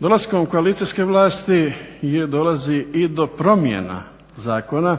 Dolaskom koalicijske vlasti dolazi i do promjena zakona